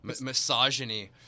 misogyny